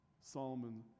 Solomon